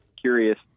curious